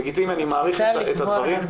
לגיטימי, אני מעריך את הדברים.